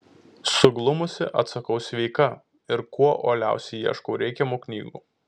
suglumusi atsakau sveika ir kuo uoliausiai ieškau reikiamų knygų